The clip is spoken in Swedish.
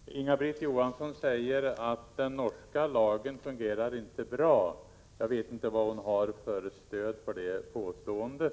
Herr talman! Inga-Britt Johansson säger att den norska lagen inte fungerar bra. Jag vet inte vad hon har för stöd för detta påstående.